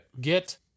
get